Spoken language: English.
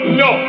no